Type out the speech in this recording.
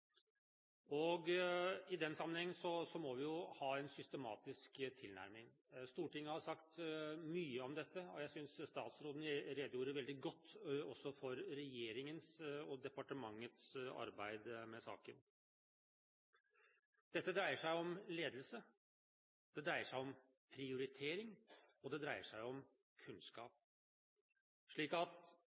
I den sammenheng må vi ha en systematisk tilnærming. Stortinget har sagt mye om dette, og jeg synes statsråden redegjorde veldig godt for regjeringens og departementets arbeid med saken. Dette dreier seg om ledelse, det dreier seg om prioritering, og det dreier seg om